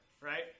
right